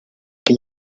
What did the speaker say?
que